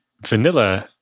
vanilla